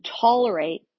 tolerate